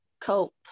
cope